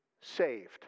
saved